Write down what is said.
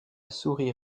souris